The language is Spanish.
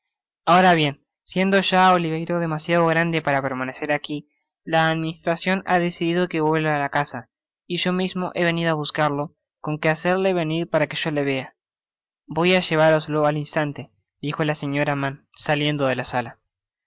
ahora bien siendo ya oliverio demasiado grande para permanecer aqui la adminstracion ha decidido que vuelva á la casa y yo mismo he venido á buscarlo con que hacedle venir para que yo le vea voy á llevaroslo al instante dijo la señora mann saliendo de la sala